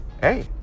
Hey